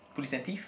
Police and Thief